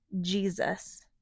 Jesus